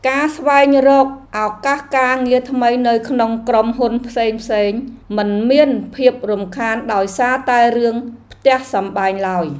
ការស្វែងរកឱកាសការងារថ្មីនៅក្នុងក្រុមហ៊ុនផ្សេងៗ មិនមានភាពរំខានដោយសារតែរឿងផ្ទះសម្បែងឡើយ។